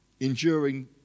enduring